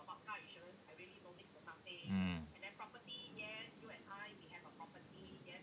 mm